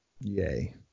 yay